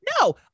No